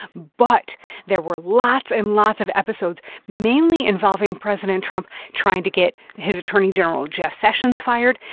but there were lots and lots of episodes mainly involving president trump trying to get his attorney general jeff sessions fired,